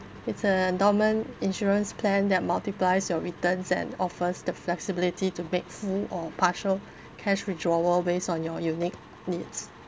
it's an endowment insurance plan that multiplies your returns and offers the flexibility to make full or partial cash withdrawal based on your unique needs